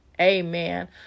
Amen